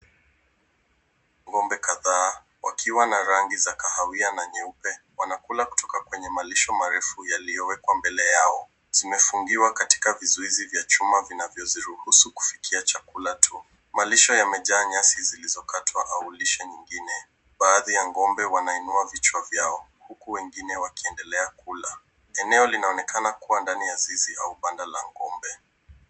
Ng'ombe kadhaa wakiwa na rangi za kahawia na nyeupe. Wanakula kutoka kwenye malisho marefu yaliyowekwa mbele yao. Zimefungiwa katika vizuizi vya chuma vinavyoziruhusu kufikia chakula tu. Malisho yamejaa nyasi zilizokatwa au lisha nyingine. Baadhi ya ngombe wanainua vichwa vyao huku wengine wakiendelea kula. Eneo linaonekana kuwa ndani ya sisi au banda la ng'ombe.